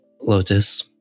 lotus